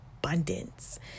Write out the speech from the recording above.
abundance